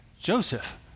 Joseph